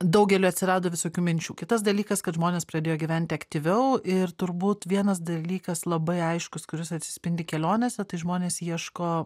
daugeliui atsirado visokių minčių kitas dalykas kad žmonės pradėjo gyventi aktyviau ir turbūt vienas dalykas labai aiškus kuris atsispindi kelionėse tai žmonės ieško